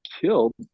killed